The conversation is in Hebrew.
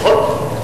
נכון.